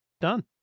Done